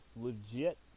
legit